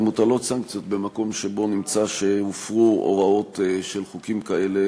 ומוטלות סנקציות במקום שבו נמצא שהופרו הוראות של חוקים כאלה